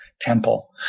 temple